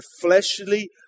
fleshly